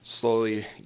slowly